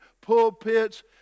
pulpits